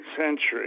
century